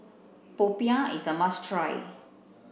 Popiah is a must try